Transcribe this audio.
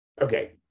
Okay